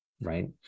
right